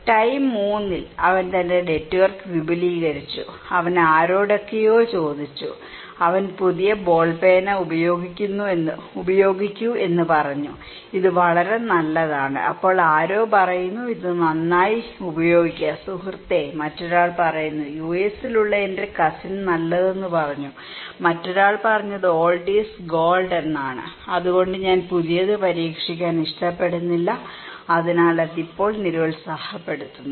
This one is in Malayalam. ടൈം 3 ൽ അവൻ തന്റെ നെറ്റ്വർക്ക് വിപുലീകരിച്ചു അവൻ ആരോടെക്കെയോ ചോദിച്ചു അവർ പുതിയ ബോൾ പേന ഉപയോഗിക്കൂ എന്ന് പറഞ്ഞു ഇത് വളരെ നല്ലതാണ് അപ്പോൾ ആരോ പറയുന്നു ഇത് നന്നായി ഉപയോഗിക്കുക സുഹൃത്തേ മറ്റൊരാൾ പറയുന്നു യുഎസിലുള്ള എന്റെ കസിൻ നല്ലത് എന്ന് പറഞ്ഞു മറ്റൊരാൾ പറഞ്ഞത് ഓൾഡ് ഈസ് ഗോൾഡ് എന്നാണ് അതുകൊണ്ട് ഞാൻ പുതിയത് പരീക്ഷിക്കാൻ ഇഷ്ടപ്പെടുന്നില്ല അതിനാൽ അത് ഇപ്പോൾ നിരുത്സാഹപ്പെടുത്തുന്നു